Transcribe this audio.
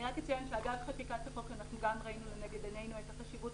אני רק אציין שאגב חקיקת החוק גם ראינו לנגד עינינו את החשיבות